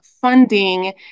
funding